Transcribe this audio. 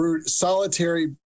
solitary